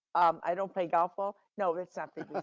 i don't play golf ball, no, it's something